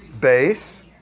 bass